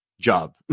job